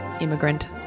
immigrant